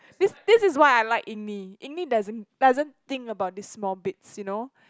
this this is why I like Yin-Mi doesn't doesn't think about this small bits you know